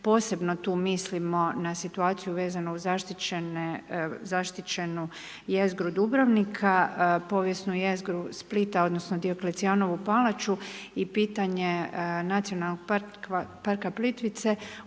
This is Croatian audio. posebno tu mislimo na situaciju vezano uz zaštićenu jezgru Dubrovnika, povijesnu jezgru Splita, odnosno Dioklecijanovu palaču i pitanje Nacionalnog parka Plitvice. Ubrzali